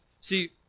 See